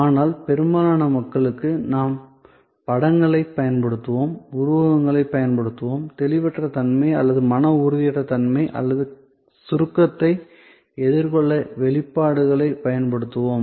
ஆனால் பெரும்பாலான மக்களுக்கு நாம் படங்களைப் பயன்படுத்துவோம் உருவகங்களைப் பயன்படுத்துவோம் தெளிவற்ற தன்மை அல்லது மன உறுதியற்ற தன்மை அல்லது சுருக்கத்தை எதிர்கொள்ள வெளிப்பாடுகளைப் பயன்படுத்துவோம்